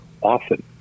often